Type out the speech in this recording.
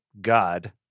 God